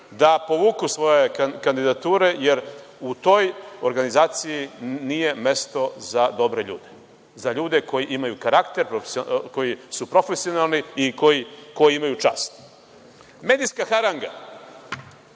da povuku svoje kandidature, jer u toj organizaciji nije mesto za dobre ljude, za ljude koji imaju karakter, koji su profesionalni i koji imaju čast. Medijska haranga